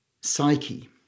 psyche